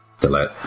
delete